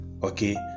Okay